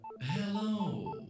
Hello